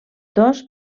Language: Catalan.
dos